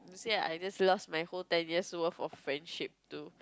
you see I just lose my whole ten years of friendship too